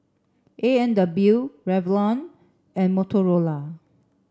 A and W Revlon and Motorola